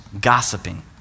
Gossiping